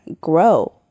grow